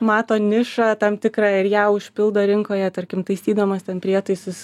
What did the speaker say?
mato nišą tam tikrą ir ją užpildo rinkoje tarkim taisydamas ten prietaisus